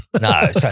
No